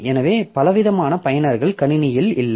எனவே பலவிதமான பயனர்கள் கணினியில் இல்லை